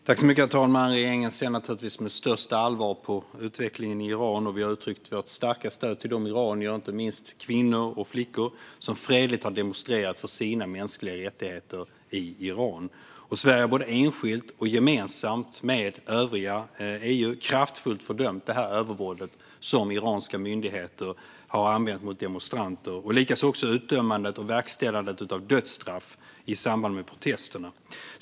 Herr talman! Regeringen ser naturligtvis med största allvar på utvecklingen i Iran, och vi har uttryckt vårt starka stöd till de iranier - inte minst kvinnor och flickor - som fredligt demonstrerat för sina mänskliga rättigheter i Iran. Sverige har både enskilt och gemensamt med övriga EU kraftfullt fördömt övervåldet som iranska myndigheter har använt mot demonstranter och likaså utdömandet och verkställandet av dödsstraff i samband med protesterna.